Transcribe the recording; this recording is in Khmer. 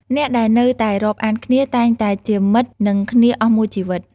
អ្នកដែលនៅតែរាប់អានគ្នា តែងតែជាមិត្តនឹងគ្នាអស់មួយជីវិត។